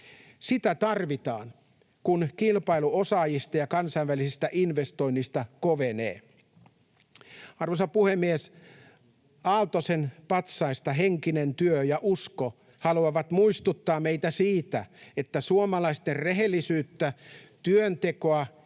Sitä tarvitaan, kun kilpailu osaajista ja kansainvälisistä investoinneista kovenee. Arvoisa puhemies! Aaltosen patsaista Henkinen työ ja Usko haluavat muistuttaa meitä siitä, että suomalaisten rehellisyyttä, työntekoa